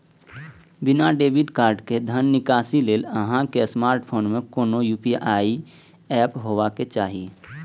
बिना debit card के धन निकासी लेल अहां के स्मार्टफोन मे कोनो यू.पी.आई एप हेबाक चाही